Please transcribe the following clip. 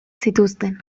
zituzten